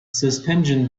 suspension